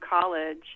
college